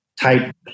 type